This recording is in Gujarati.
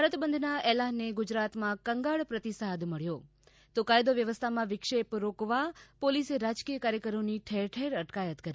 ભારત બંધના એલાનને ગુજરાતમાં કંગાળ પ્રતિસાદ મળ્યો તો કાયદો વ્યવસ્થામાં વિક્ષેપ રોકવા પોલીસે રાજકીય કાર્યકરોની ઠેર ઠેર અટકાયત કરી